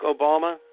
Obama